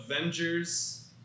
Avengers